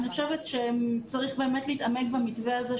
אני חושבת שצריך באמת להתעמק במתווה הזה,